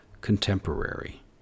contemporary